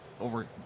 over